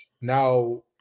now